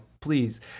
please